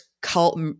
cult